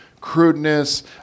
crudeness